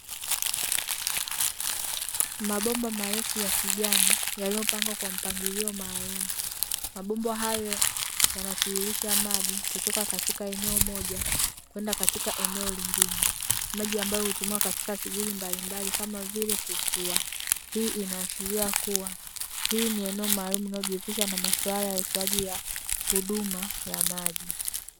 Mabomba marefu ya kijani yaliyo pangwa kwa mpangilio maalumu. Mabomba hayo yanatiririsha maji kutoka katika eneo moja kwenda katika eneo lingine. Maji ambayo hutumiwa katika shughuli mbalimbali kama vile kufua, hii inaashiria kuwa hii ni eneo maalumu linalo jihusisha na masuala ya utoaji wa huduma ya maji.